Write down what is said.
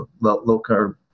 low-carb